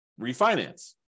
refinance